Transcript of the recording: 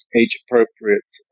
age-appropriate